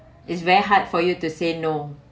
it's very hard for you to say no